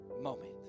moment